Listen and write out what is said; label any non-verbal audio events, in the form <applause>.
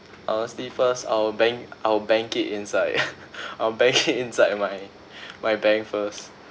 honestly first I will bank I will bank it inside <laughs> I will bank it inside my <breath> my bank first